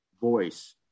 voice